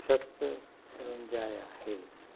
सत रुनजाया हिल्स